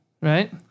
Right